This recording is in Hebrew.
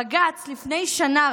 בג"ץ, רק לפני שנה,